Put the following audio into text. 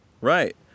right